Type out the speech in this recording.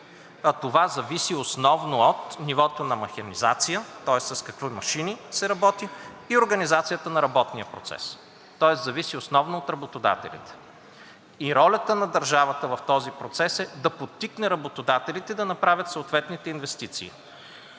това зависи основно от нивото на механизация – тоест с какви машини се работи, и от организацията на работния процес – тоест зависи основно от работодателите. Ролята на държавата в този процес е да подтикне работодателите да направят съответните инвестиции.